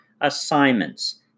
assignments